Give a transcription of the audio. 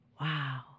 Wow